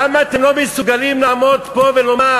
למה אתם לא מסוגלים לעמוד פה ולומר: